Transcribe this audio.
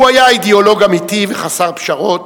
הוא היה אידיאולוג אמיתי וחסר פשרות,